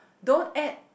don't add